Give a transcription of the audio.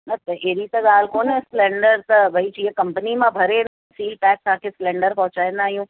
न त अहिड़ी त ॻाल्हि कोन्हे सिलेंडर त भई जीअं कंपनी मां भरे सील पैक तव्हांखे सिलेंडर पहुचाईंदा आहियूं